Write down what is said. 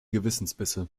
gewissensbisse